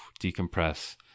decompress